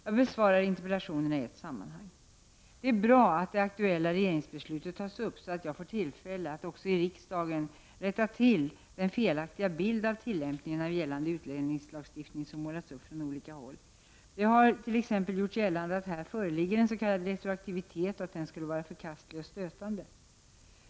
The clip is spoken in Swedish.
Jag besvarar interpellationerna i ett sammanhang. Det är bra att det aktuella regeringsbeslutet tas upp, så att jag får tillfälle att också i riksdagen rätta till den felaktiga bild av tillämpningen av gällande utlänningslagstiftning som målats upp från olika håll. Det har t.ex. gjorts gällande att här föreligger en s.k. retroaktivitet och att denna skulle vara förkastlig och stötande.